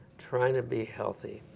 trying to be healthy,